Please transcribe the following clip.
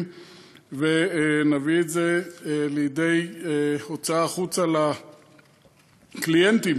ונביא את זה לידי הוצאה החוצה לקליינטים,